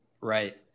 Right